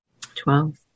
Twelve